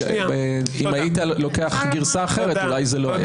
אם היית לוקח גרסה אחרת, אולי זה לא היה.